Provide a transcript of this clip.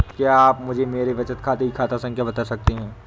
क्या आप मुझे मेरे बचत खाते की खाता संख्या बता सकते हैं?